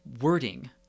wording